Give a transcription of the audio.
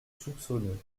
soupçonneux